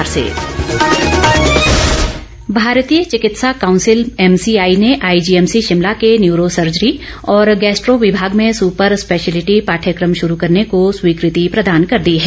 मुख्यमंत्री भारतीय चिकित्सा कांउसिल एमसीआई ने आईजीएमसी शिमला के न्यूरो सर्जरी और गैस्ट्रो विभाग में सुपर स्पेशलिटी पाठयक्रम शुरू करने को स्वीकृति प्रदान कर दी है